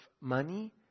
money